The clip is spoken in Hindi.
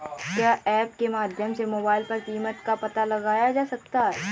क्या ऐप के माध्यम से मोबाइल पर कीमत का पता लगाया जा सकता है?